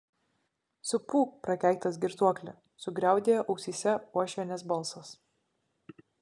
supūk prakeiktas girtuokli sugriaudėjo ausyse uošvienės balsas